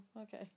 okay